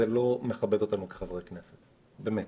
זה לא מכבד אותנו כחברי כנסת, באמת.